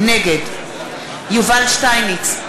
נגד יובל שטייניץ,